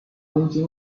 东京